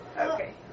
Okay